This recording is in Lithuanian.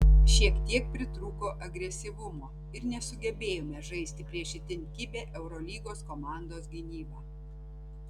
šiek tiek pritrūko agresyvumo ir nesugebėjome žaisti prieš itin kibią eurolygos komandos gynybą